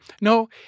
no